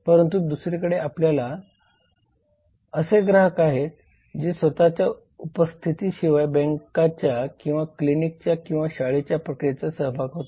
परंतु दुसरीकडे आपल्याकडे असे ग्राहक आहेत जे स्वतःच्या उपस्थितीशिवाय बँकेच्या किंवा क्लिनिकच्या किंवा शाळेच्या प्रक्रियेत सहभागी होतात